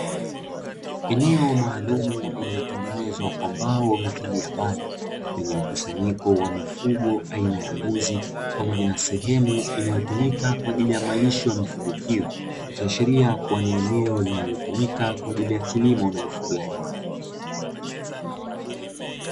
Eneo maalum lililotengenezwa kwa mbao wametilia panda yenye mkusanyiko wa mifugo aina ya mbuzi, pamoja na sehemu inayotumika kwa ajili ya malisho ya mifugo hiyo ni cha sheria kuwa ni eneo linalotumika kwa ajili ya kilimo na ufugaji.